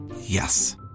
Yes